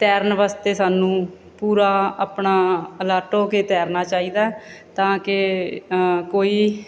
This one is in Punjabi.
ਤੈਰਨ ਵਾਸਤੇ ਸਾਨੂੰ ਪੂਰਾ ਆਪਣਾ ਅਲਾਰਟ ਹੋ ਕੇ ਤੈਰਨਾ ਚਾਹੀਦਾ ਤਾਂਕਿ ਕੋਈ